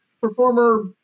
performer